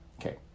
Okay